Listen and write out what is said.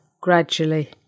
gradually